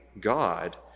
God